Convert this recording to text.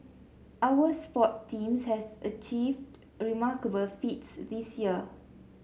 our sports teams have achieved remarkable feats this year